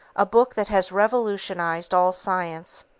a book that has revolutionized all science.